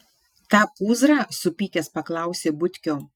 tą pūzrą supykęs paklausė butkio